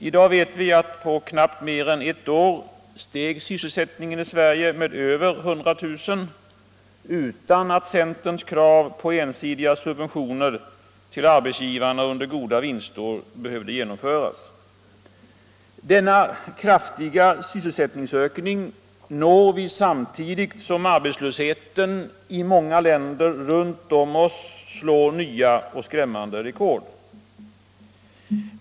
I dag vet vi att på knappt mer än ett år steg sysselsättningen i Sverige med över 100 000, utan att centerns krav på ensidiga subventioner till arbetsgivarna behövde genomföras. Denna kraftiga sysselsättningsökning når vi samtidigt som arbetslösheten i många länder runt omkring oss slår nya skrämmande rekord.